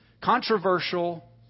controversial